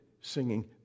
singing